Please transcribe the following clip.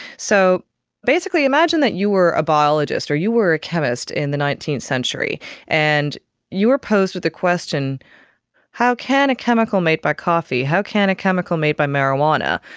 so basically imagine that you were a biologist or you were a chemist in the nineteenth century and you were posed with the question how can a chemical made by coffee, how can a chemical made by marijuana,